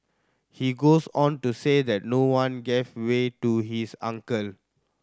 he goes on to say that no one gave way to his uncle